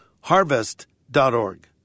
harvest.org